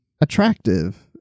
attractive